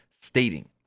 stating